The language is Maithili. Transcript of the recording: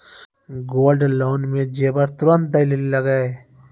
गोल्ड लोन मे जेबर तुरंत दै लेली लागेया?